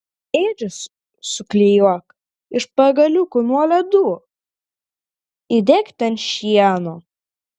ėdžias suklijuok iš pagaliukų nuo ledų įdėk ten šieno